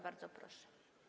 Bardzo proszę.